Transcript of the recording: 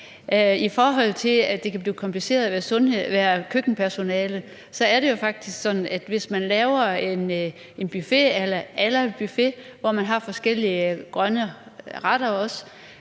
I forhold til at det kan blive kompliceret at være køkkenpersonale, er det jo faktisk sådan, at man, hvis man laver en buffet eller noget a la en buffet, hvor man også har forskellige grønne retter,